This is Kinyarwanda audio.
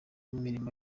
n’imirimo